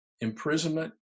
imprisonment